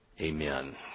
Amen